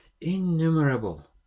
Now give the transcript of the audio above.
innumerable